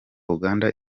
uganda